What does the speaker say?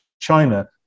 China